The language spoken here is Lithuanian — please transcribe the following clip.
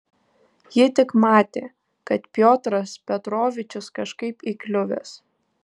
ji tik matė kad piotras petrovičius kažkaip įkliuvęs